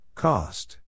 Cost